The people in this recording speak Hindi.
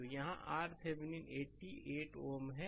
तो यहाँ RThevenin 80 8 Ω है